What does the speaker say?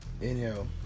inhale